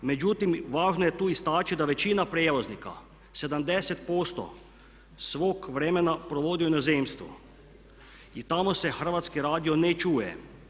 Međutim, važno je tu istaći da većina prijevoznika 70% svog vremena provodi u inozemstvu i tamo se Hrvatski radio ne čuje.